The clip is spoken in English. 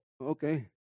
Okay